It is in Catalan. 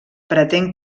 pretén